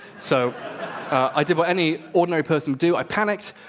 so i did what any ordinary person would do. i panicked,